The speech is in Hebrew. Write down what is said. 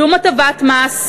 שום הטבת מס,